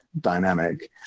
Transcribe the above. dynamic